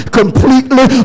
completely